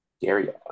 Gary